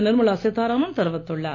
நிர்மலா சீதாராமன் தெரிவித்துள்ளார்